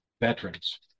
veterans